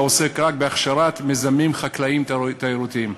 עוסק רק בהכשרת מיזמים חקלאיים תיירותיים.